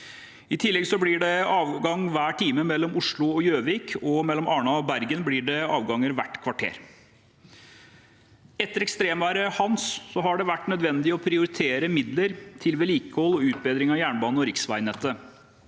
I tillegg blir det avgang hver time mellom Oslo og Gjøvik, og mellom Arna og Bergen blir det avganger hvert kvarter. Etter ekstremværet Hans har det vært nødvendig å prioritere midler til vedlikehold og utbedring av jernbane- og riksveinettet.